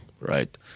Right